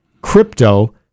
crypto